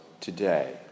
today